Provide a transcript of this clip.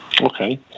Okay